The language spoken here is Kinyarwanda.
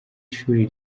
ishuli